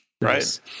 Right